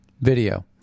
video